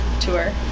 tour